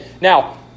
Now